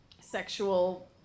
sexual